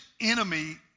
enemy